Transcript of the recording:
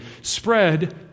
spread